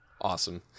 Awesome